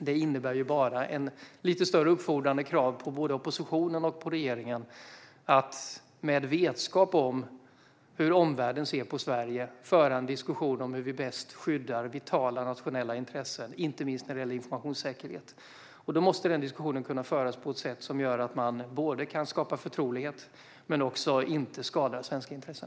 Detta innebär lite större uppfordrande krav på både oppositionen och regeringen att med vetskap om hur omvärlden ser på Sverige föra en diskussion om hur vi bäst skyddar vitala nationella intressen, inte minst när det gäller informationssäkerhet. Den diskussionen måste kunna föras på ett sätt som gör att man kan skapa förtrolighet samtidigt som man undviker att skada svenska intressen.